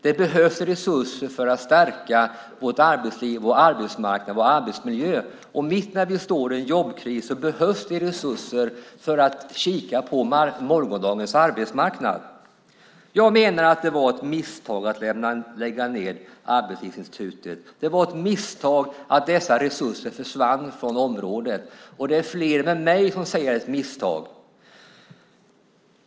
Det behövs resurser för att stärka vårt arbetsliv, vår arbetsmarknad och arbetsmiljö. Mitt i en jobbkris behövs resurser för att se på morgondagens arbetsmarknad. Jag menar att det var ett misstag att lägga ned Arbetslivsinstitutet. Det var ett misstag att dessa resurser försvann från området. Det är flera med mig som säger att det var ett misstag.